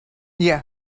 yeah